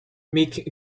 making